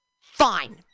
Fine